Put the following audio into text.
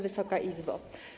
Wysoka Izbo!